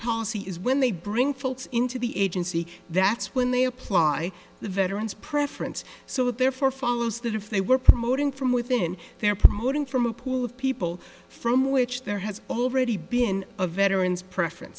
policy is when they bring folks into the agency that's when they apply the veteran's preference so therefore follows that if they were promoting from within their promoting from a pool of people from which there has already been a veteran's preference